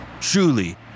Truly